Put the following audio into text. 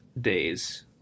days